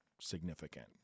significant